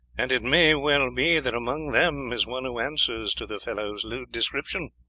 and it may well be that among them is one who answers to the fellow's lewd description.